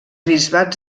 bisbats